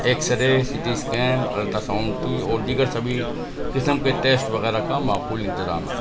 x ray CT scan ultrasound کی اور دیگر سبھی قسم کے ٹیسٹ وغیرہ کا معقول انتظام ہے